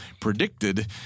predicted